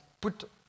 put